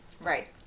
Right